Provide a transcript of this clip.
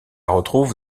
retrouve